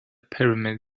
pyramids